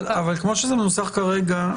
אבל כמו שזה מנוסח כרגע,